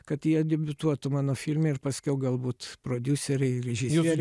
kad jie debiutuotų mano filme ir paskiau galbūt prodiuseriai režisieriai